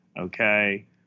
okay